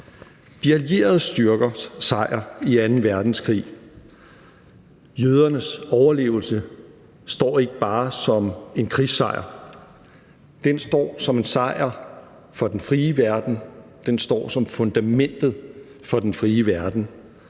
De allierede styrkers sejr i anden verdenskrig og jødernes overlevelse står ikke bare som en krigssejr. Den står som en sejr for den frie verden, og den står som fundamentet for den frie verden.